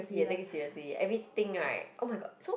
he'll take it seriously everything right oh-my-god so